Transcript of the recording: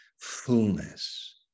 fullness